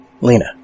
Lena